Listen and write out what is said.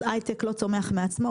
אז הייטק לא צומח מעצמו,